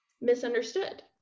misunderstood